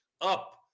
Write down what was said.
up